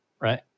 right